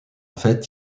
fait